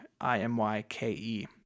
i-m-y-k-e